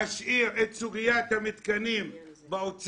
להשאיר את סוגיית המתקנים באוצר,